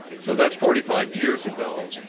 so that's forty five years ago.